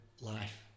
life